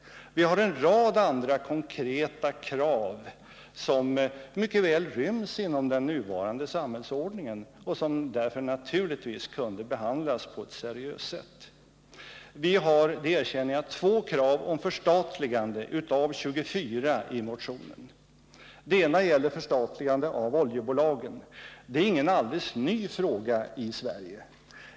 Vi har en rad andra konkreta krav som mycket väl ryms inom den nuvarande samhällsordningen. Vi har — det erkänner jag — två krav på förstatligande i motionen, som innehåller totalt 24 krav. Det ena gäller ett förstatligande av oljebolagen. Det är inte någon alldeles ny fråga i Sverige.